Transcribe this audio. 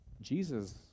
Jesus